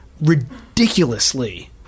ridiculously –